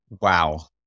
Wow